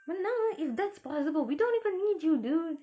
but now ah if that's possible we don't even need you dude